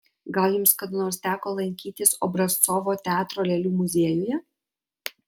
gal jums kada nors teko lankytis obrazcovo teatro lėlių muziejuje